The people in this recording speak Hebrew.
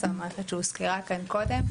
זאת המערכת שהוזכרה כאן קודם,